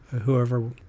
whoever